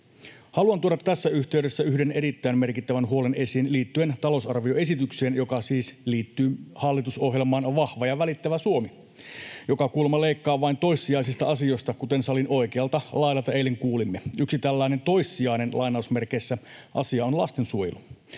Haluan tuoda tässä yhteydessä yhden erittäin merkittävän huolen esiin liittyen talousarvioesitykseen, joka siis liittyy hallitusohjelmaan Vahva ja välittävä Suomi, joka kuulemma leikkaa vain toissijaisista asioista, kuten salin oikealta laidalta eilen kuulimme. Yksi tällainen ”toissijainen” asia on lastensuojelu.